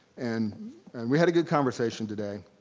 and and we had a good conversation today.